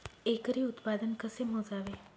एकरी उत्पादन कसे मोजावे?